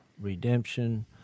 redemption